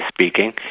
speaking